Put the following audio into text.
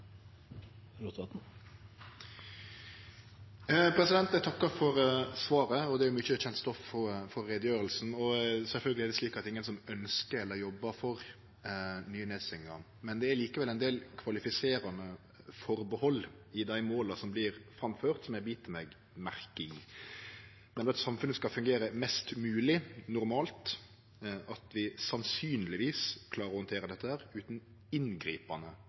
mykje kjent stoff frå utgreiinga. Sjølvsagt er det slik at ingen ønskjer eller jobbar for nye nedstengingar, men det er likevel ein del kvalifiserande atterhald i dei måla som vert framførte som eg bit meg merke i. Det at samfunnet skal fungere mest mogleg normalt, og at vi sannsynlegvis klarer å handtere dette utan inngripande